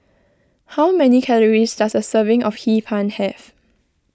how many calories does a serving of Hee Pan have